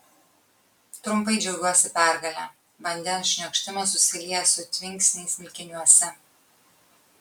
trumpai džiaugiuosi pergale vandens šniokštimas susilieja su tvinksniais smilkiniuose